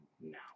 now